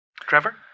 Trevor